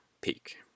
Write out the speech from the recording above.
peak